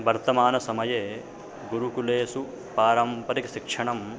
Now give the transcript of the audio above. वर्तमानसमये गुरुकुलेषु पारम्परिकशिक्षणं